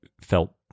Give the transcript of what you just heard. felt